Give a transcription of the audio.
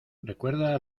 recuerda